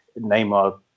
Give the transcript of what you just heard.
neymar